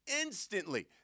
instantly